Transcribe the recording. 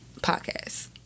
podcast